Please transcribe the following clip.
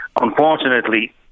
Unfortunately